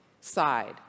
side